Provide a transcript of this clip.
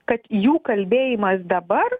kad jų kalbėjimas dabar